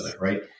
Right